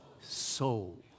soul